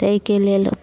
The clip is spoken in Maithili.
ताहिके लेल